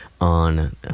on